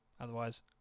Otherwise